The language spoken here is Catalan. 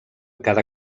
cada